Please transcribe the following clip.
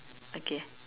okay